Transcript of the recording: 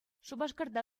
шупашкарта